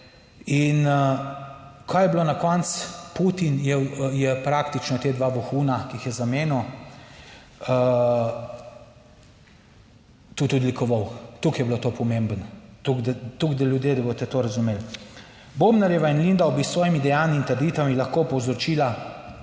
In kaj je bilo na koncu? Putin je praktično ta dva vohuna, ki jih je zamenjal, tudi odlikoval, tako je bilo to pomembno, tako da, toliko da, ljudje, da boste to razumeli. Bobnarjeva in Lindav bi s svojimi dejanji in trditvami lahko povzročila